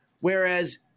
Whereas